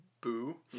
boo